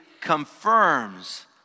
confirms